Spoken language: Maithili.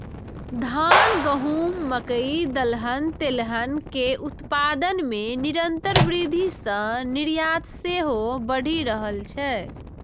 धान, गहूम, मकइ, दलहन, तेलहन के उत्पादन मे निरंतर वृद्धि सं निर्यात सेहो बढ़ि रहल छै